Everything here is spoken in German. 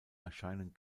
erscheinen